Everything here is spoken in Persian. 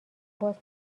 باز